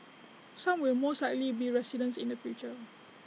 some will most likely be residents in the future